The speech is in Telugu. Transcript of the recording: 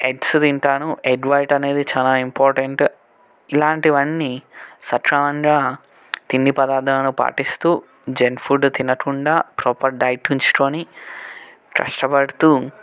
ఎగ్స్ తింటాను ఎగ్ వైట్ అనేది చాలా ఇంపార్టెంట్ ఇలాంటివన్నీ సక్రమంగా తిండి పదార్థాలను పాటిస్తూ జంక్ ఫుడ్ తినకుండా ప్రాపర్ డైట్ ఉంచుకొని కష్టపడుతూ